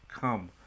Come